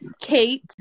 Kate